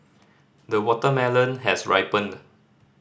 the watermelon has ripened